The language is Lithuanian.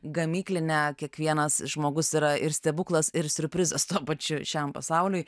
gamyklinę kiekvienas žmogus yra ir stebuklas ir siurprizas tuo pačiu šiam pasauliui